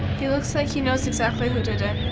he looks like he knows exactly who did it.